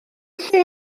lle